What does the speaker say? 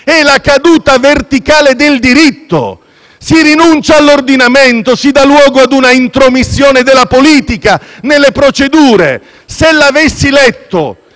È la caduta verticale del diritto! Si rinuncia all'ordinamento, si dà luogo ad una intromissione della politica nelle procedure. Se avessi letto